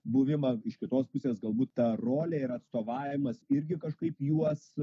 buvimą iš kitos pusės galbūt ta rolė ir atstovavimas irgi kažkaip juos